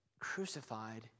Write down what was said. crucified